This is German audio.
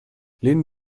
lehnen